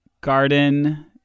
garden